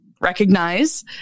recognize